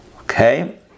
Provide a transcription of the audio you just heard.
Okay